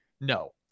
No